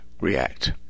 react